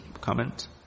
comment